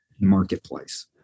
marketplace